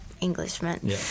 englishman